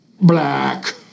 Black